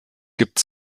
gibt